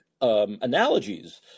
analogies